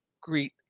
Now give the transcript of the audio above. greet